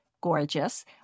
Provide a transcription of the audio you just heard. gorgeous